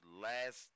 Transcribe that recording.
last